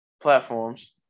platforms